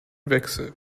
wechsel